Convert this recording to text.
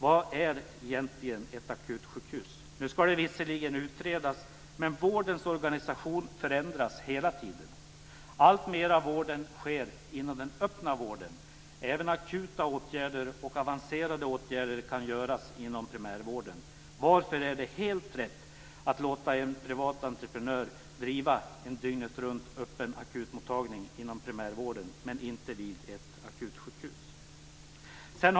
Vad är egentligen ett akutsjukhus? Nu ska det visserligen utredas, men vårdens organisation förändras hela tiden. Alltmer av vården sker inom den öppna vården. Även akuta och avancerade åtgärder kan göras inom primärvården. Varför är det helt rätt att låta en privat entreprenör driva en dygnetruntöppen akutmottagning inom primärvården men inte vid ett akutsjukhus?